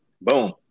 Boom